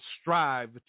strive